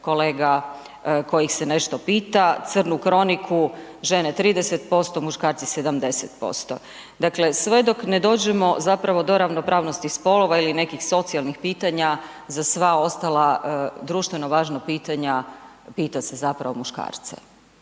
kolega kojih se nešto pita, crnu kroniku žene 30%, muškarci 70%. Dakle sve dok ne dođemo zapravo do ravnopravnosti spolova ili nekih socijalnih pitanja za sva ostala društveno važna pitanja pita se zapravo muškarce.